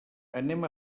anem